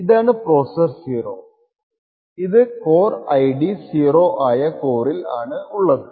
ഇതാണ് പ്രോസെസ്സർ 0 അത് ഈ കോർ ID 0 ആയ ഈ കോറിൽ ആണുള്ളത്